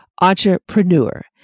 entrepreneur